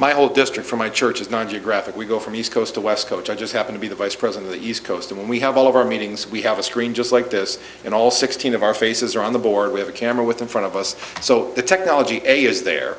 my whole district from my church's non geographic we go from east coast to west coast i just happen to be the vice president of the east coast and we have all of our meetings we have a screen just like this and all sixteen of our faces are on the board we have a camera with in front of us so the technology a is there